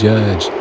Judge